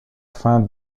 fin